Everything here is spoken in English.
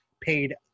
paid